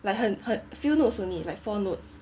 like 很很 few notes only like four notes